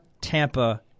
Tampa